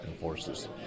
forces